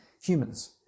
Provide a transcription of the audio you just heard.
humans